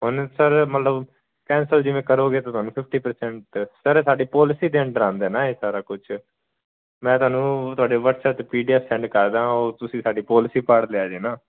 ਹੁਣ ਸਰ ਮਤਲਬ ਕੈਂਸਲ ਜਿਵੇਂ ਕਰੋਗੇ ਤਾਂ ਤੁਹਾਨੂੰ ਫਿਫਟੀ ਪ੍ਰਸੈਂਟ ਸਰ ਸਾਡੀ ਪੋਲਸੀ ਦੇ ਅੰਡਰ ਆਉਂਦਾ ਨਾ ਇਹ ਸਾਰਾ ਕੁਝ ਮੈਂ ਤੁਹਾਨੂੰ ਤੁਹਾਡੇ ਵਟਸਐਪ 'ਤੇ ਪੀਡੀਐਫ ਸੈਂਡ ਕਰਦਾ ਉਹ ਤੁਸੀਂ ਸਾਡੇ ਪੋਲਸੀ ਪੜ੍ਹ ਲਿਆ ਜੇ ਨਾ